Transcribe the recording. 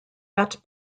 that